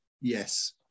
Yes